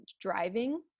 driving